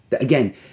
Again